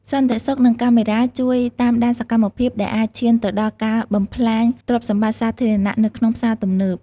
សន្តិសុខ និងកាមេរ៉ាជួយតាមដានសកម្មភាពដែលអាចឈានទៅដល់ការបំផ្លាញទ្រព្យសម្បត្តិសាធារណៈនៅក្នុងផ្សារទំនើប។